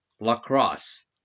Lacrosse